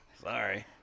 Sorry